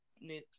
New